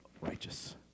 righteous